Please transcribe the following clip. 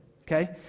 Okay